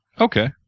Okay